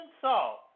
salt